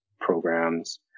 programs